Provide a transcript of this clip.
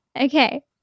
Okay